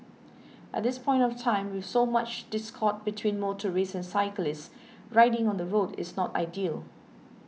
at this point of time with so much discord between motorists and cyclists riding on the road is not ideal